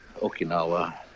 Okinawa